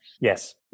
Yes